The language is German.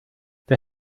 der